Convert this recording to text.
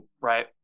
right